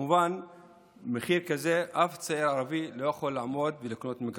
כמובן שבמחיר כזה אף צעיר ערבי לא יכול לעמוד ולקנות מגרש.